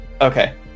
Okay